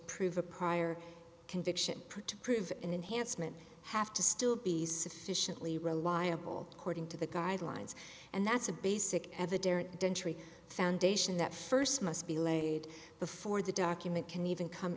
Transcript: prove a prior conviction for to prove an enhancement have to still be sufficiently reliable according to the guidelines and that's a basic at the different denture foundation that first must be laid before the document can even come